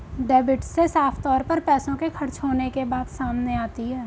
debit से साफ तौर पर पैसों के खर्च होने के बात सामने आती है